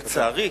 לצערי,